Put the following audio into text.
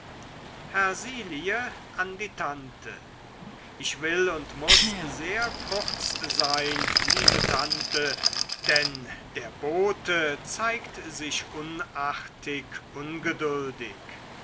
wird hersilie an die tante ich will und muß sehr kurz sein liebe tante denn der bote zeigt sich unartig ungeduldig